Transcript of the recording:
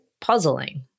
puzzling